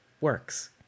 works